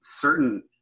certain